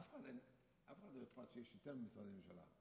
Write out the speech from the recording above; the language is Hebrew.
לאף אחד לא אכפת שיש יותר משרדי ממשלה.